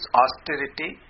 austerity